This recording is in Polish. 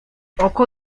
oko